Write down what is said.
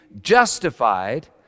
justified